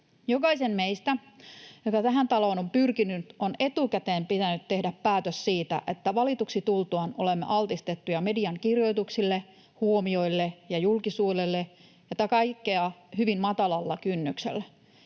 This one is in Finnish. Jokaisen meistä, joka tähän taloon on pyrkinyt, on etukäteen pitänyt tehdä päätös siitä, että valituksi tultuamme olemme altistettuja median kirjoituksille, huomioille ja julkisuudelle ja tätä kaikkea hyvin matalalla kynnyksellä.